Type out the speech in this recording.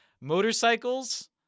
motorcycles